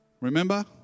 Remember